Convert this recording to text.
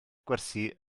gwersi